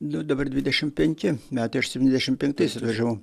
nu dabar dvidešim penki metai aš septyniasdešim penktais atvažiavau